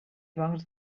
bancs